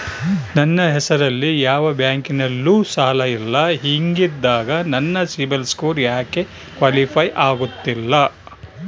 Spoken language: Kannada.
ನನ್ನ ಹೆಸರಲ್ಲಿ ಯಾವ ಬ್ಯಾಂಕಿನಲ್ಲೂ ಸಾಲ ಇಲ್ಲ ಹಿಂಗಿದ್ದಾಗ ನನ್ನ ಸಿಬಿಲ್ ಸ್ಕೋರ್ ಯಾಕೆ ಕ್ವಾಲಿಫೈ ಆಗುತ್ತಿಲ್ಲ?